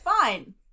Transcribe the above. fine